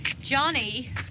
Johnny